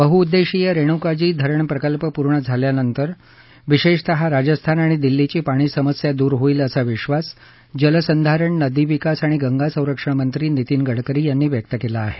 बहुउद्देशीय रेणुकाजी धरण प्रकल्प पूर्ण झाल्यानंतर विशेषतः राजस्थान आणि दिल्लीची पाणी समस्या दूर होईल असा विश्वास जलसंधारण नदी विकास आणि गंगा संरक्षणमंत्री नितीन गडकरी यांनी व्यक्त केलं आहे